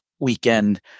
weekend